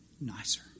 nicer